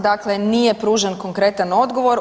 Dakle nije pružen konkretan odgovor.